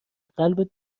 قلبت